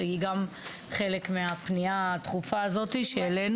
שהיא גם חלק מהפנייה הדחופה הזאת שהעלנו.